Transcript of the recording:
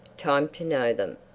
time to know them!